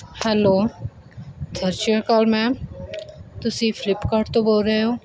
hello ਸਤਿ ਸ਼੍ਰੀਆਕਾਲ ma'am ਤੁਸੀਂ ਫਲਿੱਪਕਾਰਟ ਤੋਂ ਬੋਲ ਰਹੇ ਹੋ